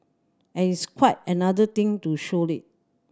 and its quite another thing to show it